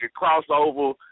crossover